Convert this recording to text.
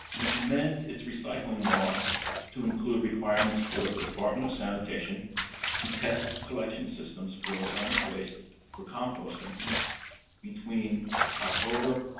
which amends its recycling law to include requirements for the department of sanitation to test collection systems for organic waste for composting between october,